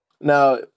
Now